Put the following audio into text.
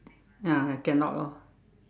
ah I cannot lor